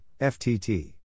FTT